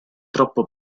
troppo